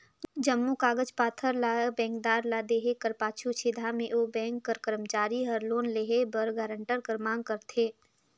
जम्मो कागज पाथर ल बेंकदार ल देहे कर पाछू छेदहा में ओ बेंक कर करमचारी हर लोन लेहे बर गारंटर कर मांग करथे